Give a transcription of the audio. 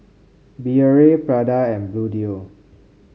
Biore Prada and Bluedio